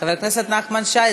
חבר הכנסת נחמן שי,